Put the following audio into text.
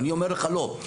ואני אומר לך לא,